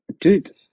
Dude